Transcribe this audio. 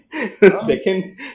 Second